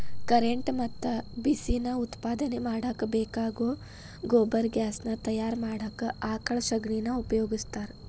current ಮತ್ತ ಬಿಸಿ ನಾ ಉತ್ಪಾದನೆ ಮಾಡಾಕ ಬೇಕಾಗೋ ಗೊಬರ್ಗ್ಯಾಸ್ ನಾ ತಯಾರ ಮಾಡಾಕ ಆಕಳ ಶಗಣಿನಾ ಉಪಯೋಗಸ್ತಾರ